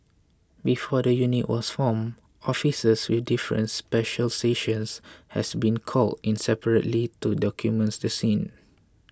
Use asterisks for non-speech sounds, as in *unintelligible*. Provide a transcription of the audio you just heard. before the unit was formed officers with difference *unintelligible* has been called in separately to document the scene